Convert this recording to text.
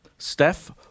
Steph